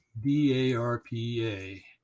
D-A-R-P-A